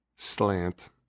slant